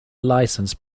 license